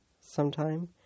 sometime